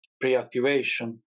pre-activation